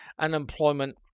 unemployment